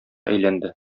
әйләнде